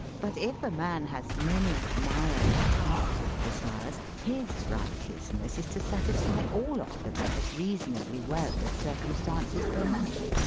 but if a man has many mild, equal desires, his righteousness is to satisfy all of them as reasonably well as circumstances permit.